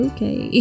Okay